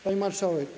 Pani Marszałek!